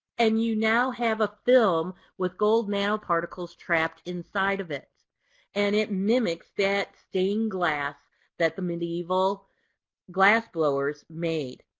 and you now have a film with gold nanoparticles nanoparticles trapped inside of it and it mimics that stained glass that the medieval glassblowers made.